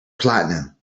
platinum